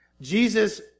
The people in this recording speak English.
Jesus